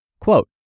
quote